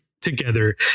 Together